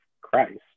Christ